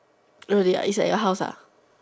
really ah is like your house ah